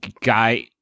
guy